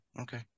Okay